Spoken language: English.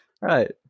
right